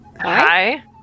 Hi